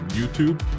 YouTube